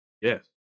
Yes